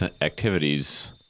activities